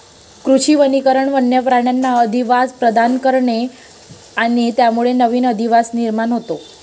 कृषी वनीकरण वन्य प्राण्यांना अधिवास प्रदान करते आणि त्यामुळे नवीन अधिवास निर्माण होतो